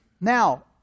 Now